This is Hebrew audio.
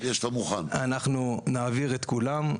אנחנו נעביר את כולם.